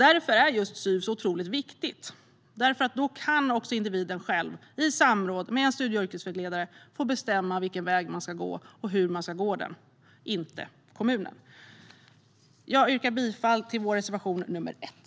Därför är SYV otroligt viktig, för då kan individen själv i samråd med en studie och yrkesvägledare få bestämma vilken väg man ska gå och hur man ska gå den, i stället för att kommunen gör det. Jag yrkar bifall till vår reservation nr 1.